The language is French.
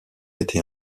été